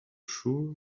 sure